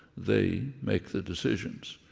they make the decisions.